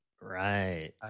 Right